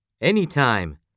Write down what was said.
Anytime